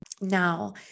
Now